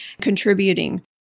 contributing